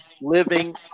living